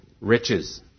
riches